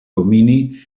domini